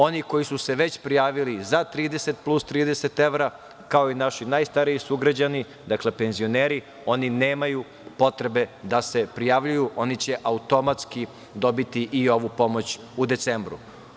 Oni koji su se već prijavili za 30 plus 30 evra, kao i naši najstariji sugrađani, dakle, penzioneri, oni nemaju potrebe da se prijavljuju, oni će automatski dobiti i ovu pomoć u decembru.